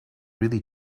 really